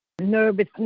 nervousness